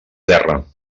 terra